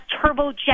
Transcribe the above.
turbojet